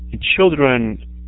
Children